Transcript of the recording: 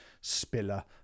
spiller